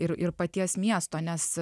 ir ir paties miesto nes